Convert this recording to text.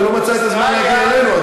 ולא מצא את הזמן לבוא אלינו,